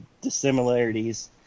dissimilarities